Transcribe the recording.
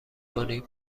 کنیم